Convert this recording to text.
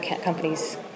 companies